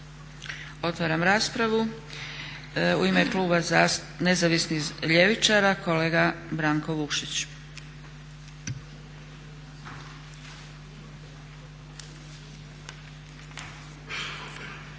Otvaram raspravu. U ime kluba Nezavisnih ljevičara kolega Branko Vukšić.